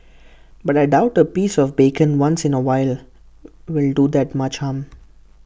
but I doubt A piece of bacon once in A while will do that much harm